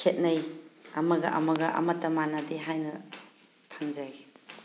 ꯈꯦꯠꯅꯩ ꯑꯃꯒ ꯑꯃꯒ ꯑꯃꯠꯇ ꯃꯥꯟꯅꯗꯦ ꯍꯥꯏꯅ ꯊꯝꯖꯒꯦ